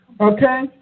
Okay